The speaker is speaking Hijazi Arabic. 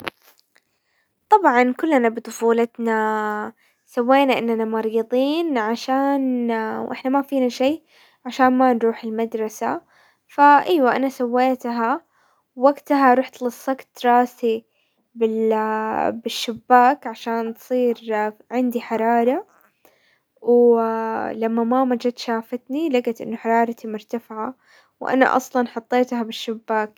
طبعا كلنا بطفولتنا سوينا اننا مريظين عشان- واحنا ما فينا شي عشان ما نروح المدرسة، فايوا انا سويتها ووقتها رحت لصقت راسي بالشباك عشان يصيرعندي حرارة ولما ماما جت شافتني لقت ان حرارتي مرتفعة، وانا اصلا حطيتها بالشباك.